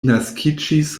naskiĝis